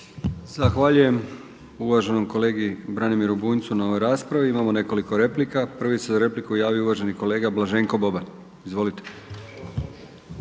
Zahvaljujem uvaženom kolegi Branimiru Bunjcu na ovoj raspravi. Imamo nekoliko replika. Prvi se za repliku javio uvaženi kolega Blaženko Boban. Izvolite.